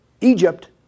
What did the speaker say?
Egypt